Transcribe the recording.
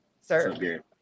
Sir